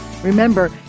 Remember